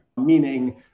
Meaning